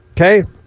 Okay